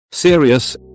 Serious